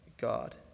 God